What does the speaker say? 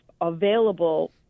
available